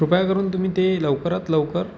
कृपया करून तुम्ही ते लवकरात लवकर